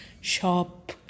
shop